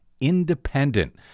independent